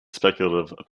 speculative